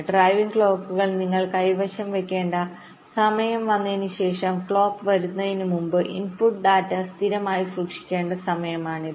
driving ക്ലോക്കുകൾ നിങ്ങൾ കൈവശം വയ്ക്കേണ്ട സമയം വന്നതിനുശേഷം ക്ലോക്ക് വരുന്നതിനുമുമ്പ് ഇൻപുട്ട് ഡാറ്റ സ്ഥിരമായി സൂക്ഷിക്കേണ്ട സമയമാണിത്